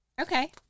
Okay